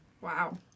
Wow